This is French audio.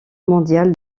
mondial